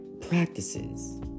practices